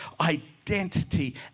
identity